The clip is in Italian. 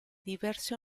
diverse